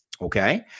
Okay